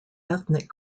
ethnic